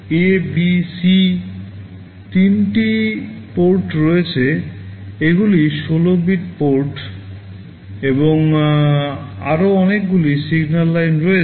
A B C তিনটি PORT রয়েছে এগুলি 16 বিট পোর্ট এবং আরও অনেকগুলি সিগন্যাল লাইন রয়েছে